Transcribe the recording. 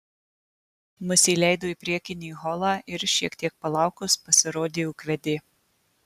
mus įleido į priekinį holą ir šiek tiek palaukus pasirodė ūkvedė